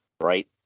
right